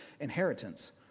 inheritance